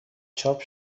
چاپ